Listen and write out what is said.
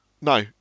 no